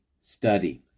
study